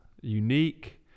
unique